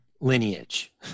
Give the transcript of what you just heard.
lineage